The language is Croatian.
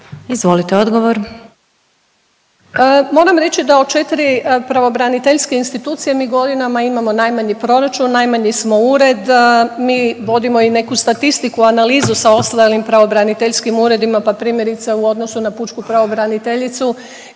Višnja** Moram reći da od 4 pravobraniteljske institucije mi godinama imamo najmanji proračun, najmanji smo ured, mi vodimo i neku statistiku, analizu sa ostalim pravobraniteljskim uredima, pa primjerice, u odnosu na pučku pravobraniteljicu